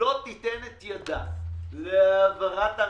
להעברת הרשות.